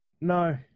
No